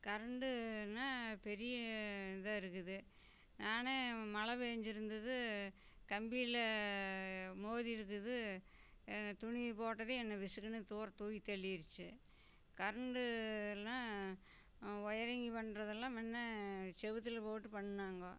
கரெண்ட்டுன்னா பெரிய இதாக இருக்குது நானே மழை பெஞ்சிருந்தது கம்பியில் மோதியிருக்குது துணியை போட்டதும் என்னை விசுக்குன்னு தூர தூக்கி தள்ளிடுச்சு கரெண்ட்டு எல்லாம் ஒயரிங் பண்ணுறதெல்லாம் முன்ன செவுற்றுல போட்டு பண்ணாங்கோ